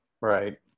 Right